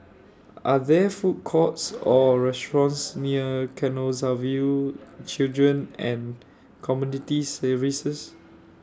Are There Food Courts Or restaurants near Canossaville Children and Community Services